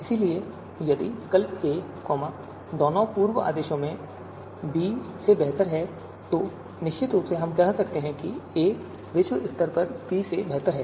इसलिए यदि विकल्प a दोनों पूर्व आदेशों में b से बेहतर है तो निश्चित रूप से हम कह सकते हैं कि a विश्व स्तर पर b से बेहतर है